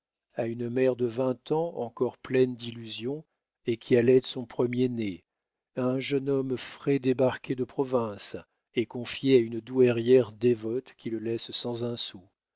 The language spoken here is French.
à une mère de vingt ans encore pleine d'illusions et qui allaite son premier né à un jeune homme frais débarqué de province et confié à une douairière dévote qui le laisse sans un sou